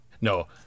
No